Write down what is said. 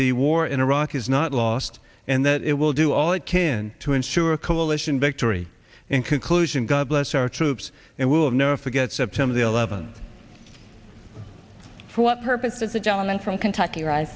the war in iraq is not lost and that it will do all it can to ensure a coalition victory in conclusion god bless our troops and will never forget september the eleventh for what purpose does the gentleman from kentucky wri